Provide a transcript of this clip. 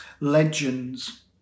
Legends